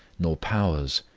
nor powers,